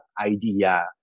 idea